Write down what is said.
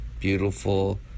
beautiful